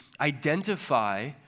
identify